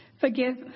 forgive